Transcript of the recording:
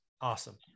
Awesome